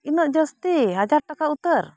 ᱤᱱᱟᱹᱜ ᱡᱟᱹᱥᱛᱤ ᱦᱟᱡᱟᱨ ᱴᱟᱠᱟ ᱩᱛᱟᱹᱨ